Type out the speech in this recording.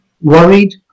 worried